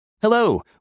Hello